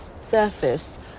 surface